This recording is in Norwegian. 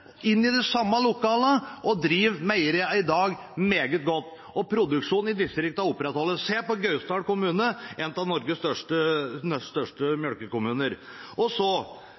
inn i de samme lokalene og driver meieriene meget godt i dag. Og produksjonen i distriktene opprettholdes – en kan se på Gausdal kommune, en av Norges største